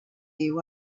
you